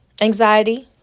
anxiety